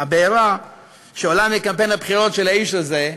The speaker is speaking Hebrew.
הבעירה שעולה מקמפיין הבחירות של האיש הזה,